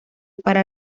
para